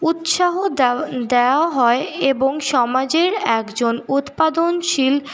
উৎসাহ দেওয়া হয় এবং সমাজের একজন উৎপাদনশীল